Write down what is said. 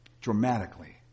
Dramatically